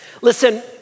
Listen